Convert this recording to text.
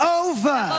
over